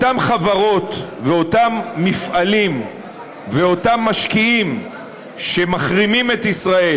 אותן חברות ואותם מפעלים ואותם משקיעים שמחרימים את ישראל,